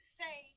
say